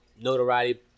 notoriety